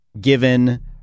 given